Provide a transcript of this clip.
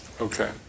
Okay